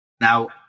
now